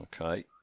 Okay